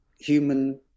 human